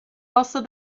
also